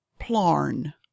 Plarn